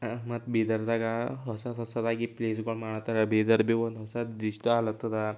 ಮತ್ ಬೀದರ್ದಾಗೆ ಹೊಸದು ಹೊಸದಾಗಿ ಪ್ಲೇಸುಗಳು ಮಾಡತ್ತಾರ ಬೀದರ್ ಬಿ ಒಂದು ಹೊಸ ಡಿಸ್ಟಾಲ್ ಅತ್ತದಾ